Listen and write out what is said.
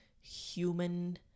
Human